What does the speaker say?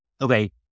Okay